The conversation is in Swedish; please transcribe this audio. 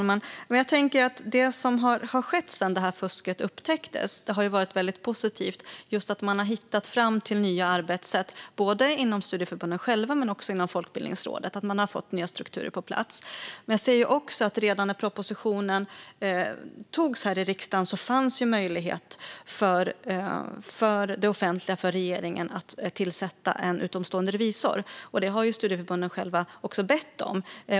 Fru talman! Det som har skett sedan det här fusket upptäcktes har varit väldigt positivt. Man har hittat fram till nya arbetssätt både inom studieförbunden själva och inom Folkbildningsrådet. Man har fått nya strukturer på plats. Redan när propositionen antogs här i riksdagen fanns det ju möjlighet för det offentliga - för regeringen - att tillsätta en utomstående revisor. Det har ju studieförbunden själva också bett om.